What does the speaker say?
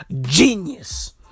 genius